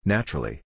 Naturally